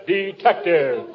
detective